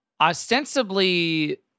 ostensibly